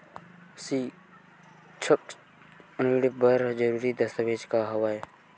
सिक्छा ऋण बर जरूरी दस्तावेज का हवय?